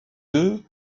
deux